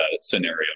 scenario